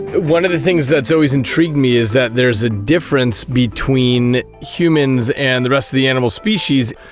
one of the things that has so always intrigued me is that there is a difference between humans and the rest of the animal species.